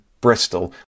Bristol